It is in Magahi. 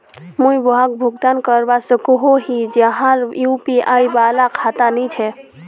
मुई वहाक भुगतान करवा सकोहो ही जहार यु.पी.आई वाला खाता नी छे?